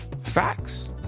Facts